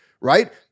Right